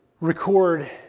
record